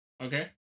Okay